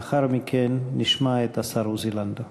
לאחר מכן נשמע את השר עוזי לנדאו.